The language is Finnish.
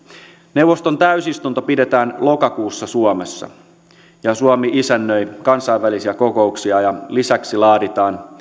neuvoston täysistunto pidetään lokakuussa suomessa ja suomi isännöi kansainvälisiä kokouksia lisäksi laaditaan